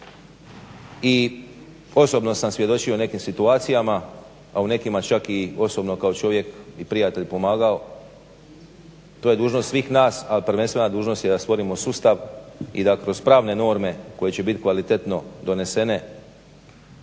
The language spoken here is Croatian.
I osobno sam svjedočio nekim situacijama, a u nekima čak i osobno kao čovjek i prijatelj pomagao. To je dužnost svih nas, ali prvenstvena dužnost je da stvorimo sustav i da kroz pravne norme koje će bit kvalitetno donesene